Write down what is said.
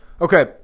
okay